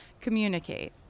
Communicate